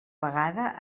vegada